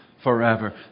Forever